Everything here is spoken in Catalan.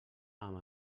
amb